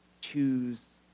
Choose